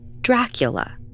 Dracula